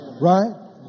Right